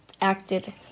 acted